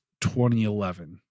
2011